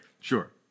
Sure